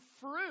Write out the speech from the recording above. fruit